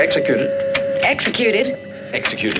executed executed execute